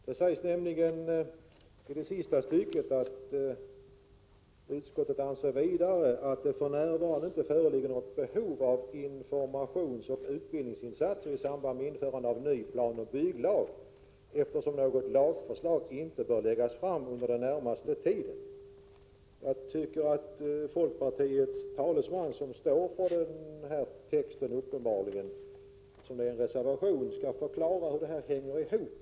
Herr talman! Jag har närmast begärt ordet för att något diskutera reservation 4, eller snarast en liten detalj i den. Det sägs i det sista stycket: ”Utskottet anser vidare att det för närvarande inte föreligger något behov av informationsoch utbildningsinsatser i samband med införandet av en ny planoch bygglag eftersom något lagförslag inte bör läggas fram under den närmaste tiden.” Folkpartiets talesman, som uppenbarligen står för den här texten i reservationen, bör förklara hur detta hänger ihop.